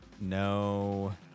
no